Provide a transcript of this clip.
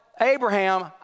Abraham